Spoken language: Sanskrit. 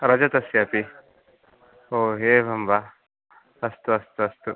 रजतस्यापि ओ एवं वा अस्तु अस्तु अस्तु